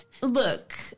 look